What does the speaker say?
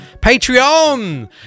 Patreon